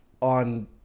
on